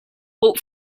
hope